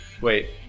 Wait